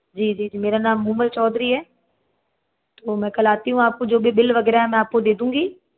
जी जी जी मेरा नाम मूमल चौधरी है तो मैं कल आती हूँ आपको जो भी बिल वगैरह है मैं आपको दे दूंगी